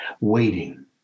Waiting